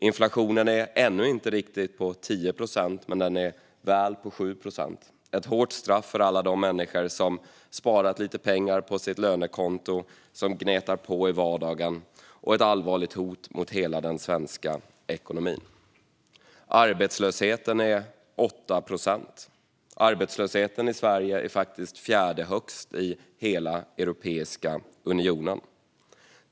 Inflationen är ännu inte riktigt på 10 procent, men den är väl på 7 procent - ett hårt straff för alla de människor som har sparat lite pengar på sitt lönekonto och som gnetar på i vardagen och ett allvarligt hot mot hela den svenska ekonomin. Arbetslösheten är 8 procent. Arbetslösheten i Sverige är faktiskt den fjärde högsta i hela Europeiska unionen.